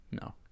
No